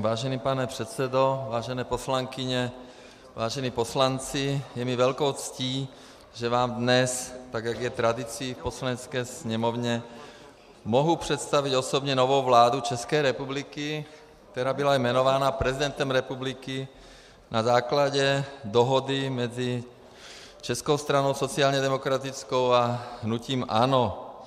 Vážený pane předsedo, vážené poslankyně, vážení poslanci, je mi velkou ctí, že vám dnes, tak jak je tradicí v Poslanecké sněmovně, mohu představit osobně novou vládu České republiky, která byla jmenována prezidentem republiky na základě dohody mezi Českou stranou sociálně demokratickou a hnutím ANO.